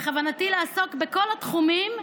בכוונתי לעסוק בכל התחומים.